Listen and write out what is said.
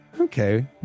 Okay